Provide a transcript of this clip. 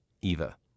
Eva